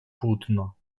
płótno